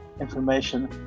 information